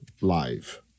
live